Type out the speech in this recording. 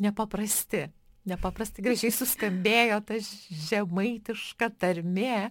nepaprasti nepaprastai gražiai suskambėjo tas žemaitiška tarmė